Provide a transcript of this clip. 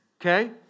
Okay